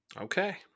Okay